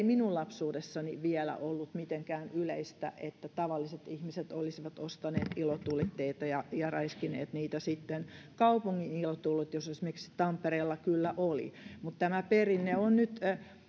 minun lapsuudessani vielä ollut mitenkään yleistä että tavalliset ihmiset olisivat ostaneet ilotulitteita ja ja räiskineet niitä sitten kaupungin ilotulitus esimerkiksi tampereella kyllä oli mutta tämä perinne on nyt